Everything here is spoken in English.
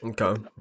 Okay